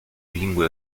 lingue